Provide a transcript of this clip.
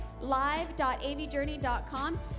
live.avjourney.com